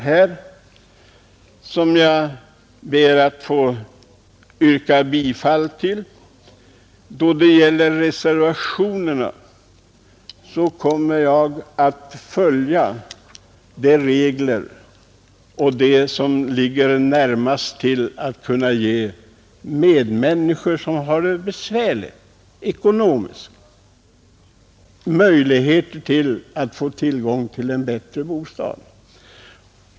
Vad sedan beträffar reservationerna kommer jag att rösta för dem som på det bästa sättet kan medverka till att ge de medmänniskor som har det besvärligt ekonomiska möjligheter att få tillgång till en bättre bostad.